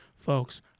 folks